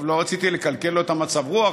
טוב, לא רציתי לקלקל לו את מצב הרוח.